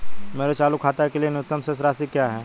मेरे चालू खाते के लिए न्यूनतम शेष राशि क्या है?